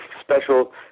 special